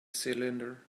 cylinder